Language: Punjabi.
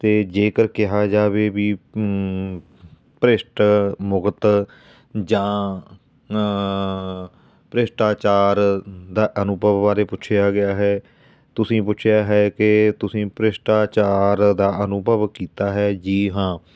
ਅਤੇ ਜੇਕਰ ਕਿਹਾ ਜਾਵੇ ਵੀ ਭ੍ਰਿਸ਼ਟ ਮੁਕਤ ਜਾਂ ਭ੍ਰਿਸ਼ਟਾਚਾਰ ਦਾ ਅਨੁਭਵ ਬਾਰੇ ਪੁੱਛਿਆ ਗਿਆ ਹੈ ਤੁਸੀਂ ਪੁੱਛਿਆ ਹੈ ਕਿ ਤੁਸੀਂ ਭ੍ਰਿਸ਼ਟਾਚਾਰ ਦਾ ਅਨੁਭਵ ਕੀਤਾ ਹੈ ਜੀ ਹਾਂ